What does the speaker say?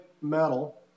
metal